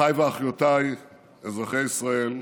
אחיי ואחיותיי אזרחי ישראל,